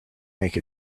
make